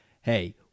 hey